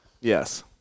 yes